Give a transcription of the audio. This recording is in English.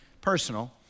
personal